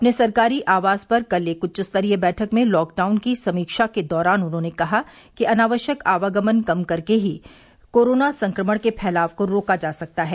अपने सरकारी आवास पर कल एक उच्च स्तरीय बैठक में लॉकडाउन की समीक्षा के दौरान उन्होंने कहा कि अनावश्यक आवागमन कम करके ही कोरोना संक्रमण के फैलाव को रोका जा सकता है